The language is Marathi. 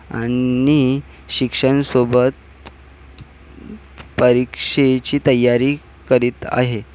आणि मी शिक्षणासोबत परीक्षेची तयारी करीत आहे